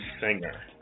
singer